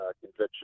conviction